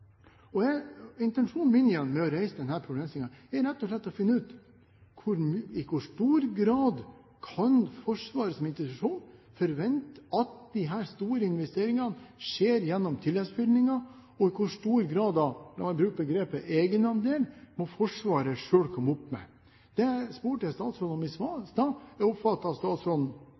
Intensjonen min med å reise denne problemstillingen er rett og slett å finne ut i hvor stor grad Forsvaret som institusjon kan forvente at disse store investeringene skjer gjennom tilleggsbevilgninger, og hvor stor grad av – la meg bruke begrepet – «egenandel» Forsvaret selv må komme opp med. Det spurte jeg statsråden om i stad. Jeg oppfattet at statsråden